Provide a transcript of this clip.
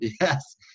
Yes